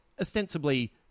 ostensibly